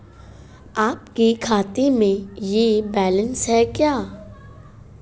आपके खाते में यह बैलेंस है क्या?